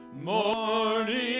morning